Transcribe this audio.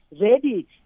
ready